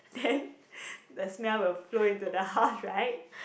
then the smell will flow into the house right